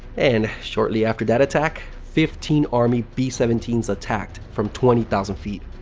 and shortly after that attack, fifteen army b seventeen s attacked from twenty thousand feet.